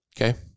Okay